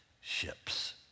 ships